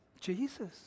Jesus